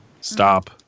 Stop